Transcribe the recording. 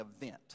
event